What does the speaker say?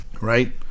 right